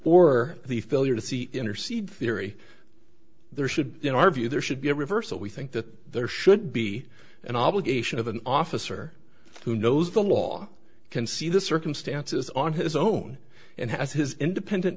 or the failure to see intercede theory there should in our view there should be a reversal we think that there should be an obligation of an officer who knows the law can see the circumstances on his own and has his independent